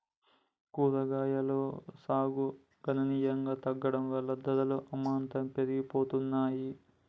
కూరగాయలు సాగు గణనీయంగా తగ్గడం వలన ధరలు అమాంతం పెరిగిపోతున్నాయి